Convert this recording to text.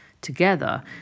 Together